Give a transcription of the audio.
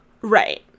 Right